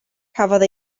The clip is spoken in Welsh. cafodd